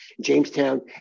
Jamestown